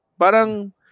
Parang